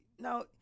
Now